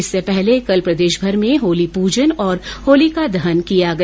इससे पहले कल प्रदेशभर में होली पूजन और होलिका दहन किया गया